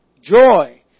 joy